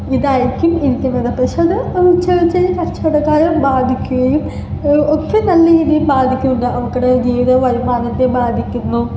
ഇതായിരിക്കും ഇരിക്കുന്നത് പക്ഷേ അത് ചെറിയ ചെറിയ കച്ചവടക്കാരെ ബാധിക്കുകയും ഒട്ടും നല്ല രീതിയിൽ ബാധിക്കുകയില്ല അവരുടെ ജീവിതവും വരുമാനത്തെ ബാധിക്കുന്നു